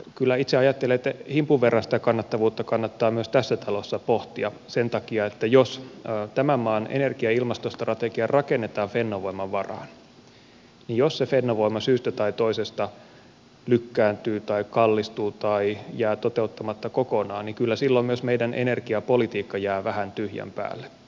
kyllä itse ajattelen että himpun verran sitä kannattavuutta kannattaa myös tässä talossa pohtia sen takia että jos tämän maan energia ja ilmastostrategia rakennetaan fennovoiman varaan ja jos se fennovoima syystä tai toisesta lykkääntyy tai kallistuu tai jää toteuttamatta kokonaan niin kyllä silloin myös meidän energiapolitiikkamme jää vähän tyhjän päälle